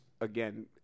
again